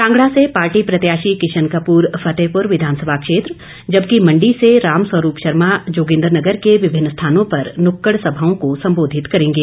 कांगड़ा से पार्टी प्रत्याशी किशन कपूर फतेहपुर विधानसभा क्षेत्र जबकि मंडी से रामस्वरूप शर्मा जोगिन्द्रनगर के विभिन्न स्थानों पर नुक्कड़ सभाओं को सम्बोधित करेंगे